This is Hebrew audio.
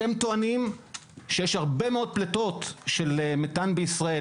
אתם טוענים שיש הרבה מאוד פליטות של מתאן בישראל,